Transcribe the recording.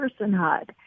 personhood